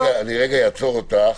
אני לרגע אעצור אותך.